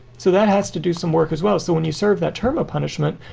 so that has to do some work as well. so when you serve that term a punishment,